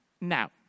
Now